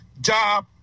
job